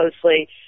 closely